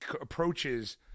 approaches